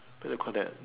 where you call that